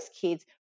kids